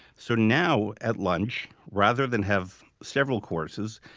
so now at lunch, rather than have several courses,